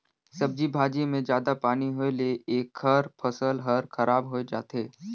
सब्जी भाजी मे जादा पानी होए ले एखर फसल हर खराब होए जाथे